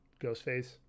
Ghostface